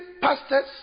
pastors